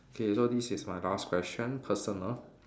okay so this is my last question personal